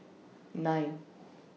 nine